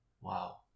wow